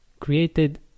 created